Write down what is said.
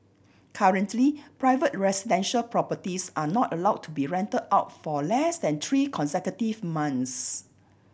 currently private residential properties are not allow to be rent out for less than three consecutive months